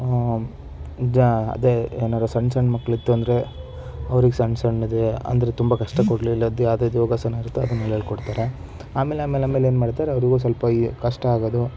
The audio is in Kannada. ಇದು ಅದೇ ಏನಾದ್ರು ಸಣ್ಣ ಸಣ್ಣ ಮಕ್ಕಳಿತ್ತು ಅಂದರೆ ಅವರಿಗೆ ಸಣ್ಣ ಸಣ್ಣದು ಅಂದರೆ ತುಂಬ ಕಷ್ಟ ಕೊಡ್ಲಿಲ್ಲದ್ದು ಯಾವ್ದ್ಯಾವ್ದು ಯೋಗಾಸನ ಇರುತ್ತೋ ಅದನ್ನೆಲ್ಲ ಹೇಳ್ಕೊಡ್ತಾರೆ ಆಮೇಲಾಮೇಲಾಮೇಲೆ ಏನು ಮಾಡ್ತಾರೆ ಅವರಿಗೂ ಸ್ವಲ್ಪ ಈ ಕಷ್ಟ ಆಗೋದು